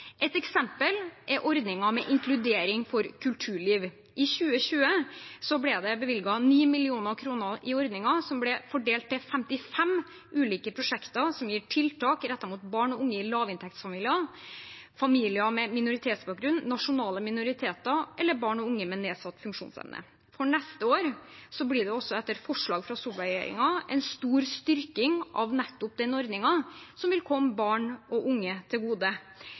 Et eksempel er ordningen med inkludering for kulturliv. I 2020 ble det bevilget 9 mill. kr til ordningen, som ble fordelt til 55 ulike prosjekter som gir tiltak rettet mot barn og unge i lavinntektsfamilier, familier med minoritetsbakgrunn, nasjonale minoriteter eller barn og unge med nedsatt funksjonsevne. For neste år blir det også etter forslag fra Solberg-regjeringen en stor styrking av nettopp den ordningen, noe som vil komme barn og unge til gode.